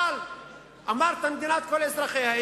אבל אמרת "מדינת כל אזרחיה",